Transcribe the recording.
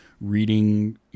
reading